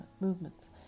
movements